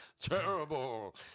Terrible